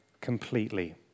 completely